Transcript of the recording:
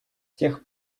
тех